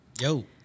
Yo